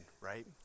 right